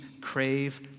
crave